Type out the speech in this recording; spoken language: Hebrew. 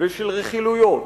ושל רכילויות,